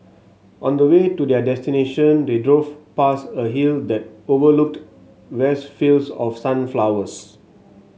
on the way to their destination they drove past a hill that overlooked vast fields of sunflowers